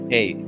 Hey